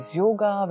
yoga